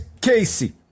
Casey